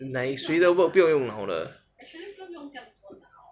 like 谁的 work 不用用脑的